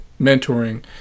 mentoring